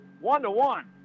one-to-one